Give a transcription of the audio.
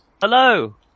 Hello